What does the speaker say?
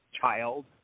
Child